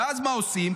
ואז מה עושים?